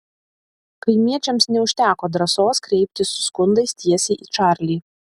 kaimiečiams neužteko drąsos kreiptis su skundais tiesiai į čarlį